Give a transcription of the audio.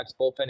bullpen